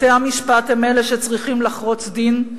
בתי-המשפט הם אלה שצריכים לחרוץ דין.